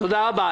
תודה רבה.